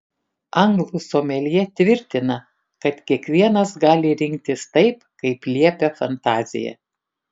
anglų someljė tvirtina kad kiekvienas gali rinktis taip kaip liepia fantazija